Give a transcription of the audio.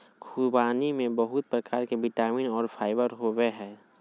ख़ुबानी में बहुत प्रकार के विटामिन और फाइबर होबय हइ